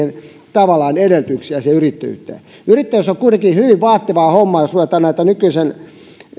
tavallaan edellytyksiä siihen yrittäjyyteen yrittäjyys on kuitenkin hyvin vaativaa hommaa jos ruvetaan näitä nykyisen